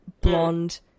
blonde